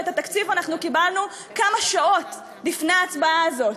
ואת התקציב קיבלנו כמה שעות לפני ההצבעה הזאת.